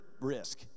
risk